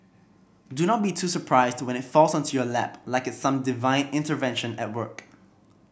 do not be too surprised when it falls onto your lap like some divine intervention at work